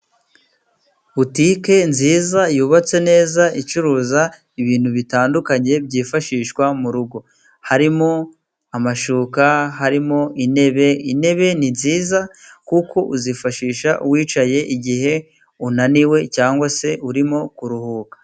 Butike nziza yubatse neza， icuruza ibintu bitandukanye， byifashishwa mu rugo. Harimo amashuka， harimo intebe， intebe ni nziza kuko uzifashisha wicaye，igihe unaniwe cyangwa se urimo kuruhuka.